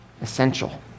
essential